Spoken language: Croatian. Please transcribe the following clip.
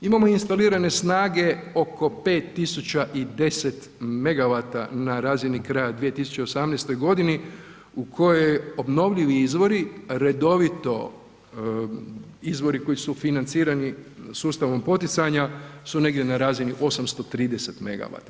Imamo instalirane snage oko 5.010 Megavata na razini kraja 2018. godini u kojoj obnovljivi izvori redovito, izvori koji su financirani sustavom poticanja su negdje na razini 830 Megavata.